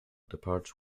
departs